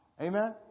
Amen